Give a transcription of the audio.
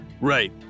Right